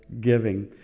giving